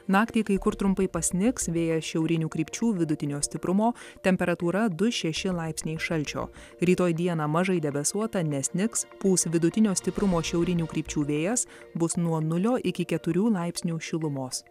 naktį kai kur trumpai pasnigs vėjas šiaurinių krypčių vidutinio stiprumo temperatūra du šeši laipsniai šalčio rytoj dieną mažai debesuota nesnigs pūs vidutinio stiprumo šiaurinių krypčių vėjas bus nuo nulio iki keturių laipsnių šilumos